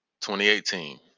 2018